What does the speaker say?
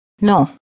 no